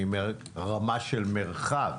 מרמה של מרחב,